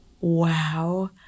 wow